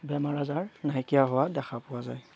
বেমাৰ আজাৰ নাইকিয়া হোৱা দেখা পোৱা যায়